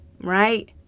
right